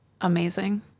Amazing